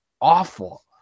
awful